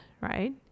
right